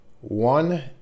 One